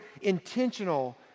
intentional